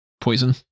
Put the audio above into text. poison